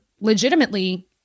legitimately